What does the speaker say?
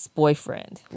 boyfriend